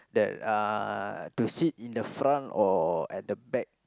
that uh to sit in the front or at the back